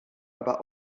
aber